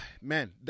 man